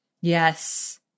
Yes